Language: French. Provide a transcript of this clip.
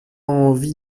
envie